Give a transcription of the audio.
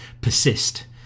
persist